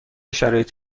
شرایط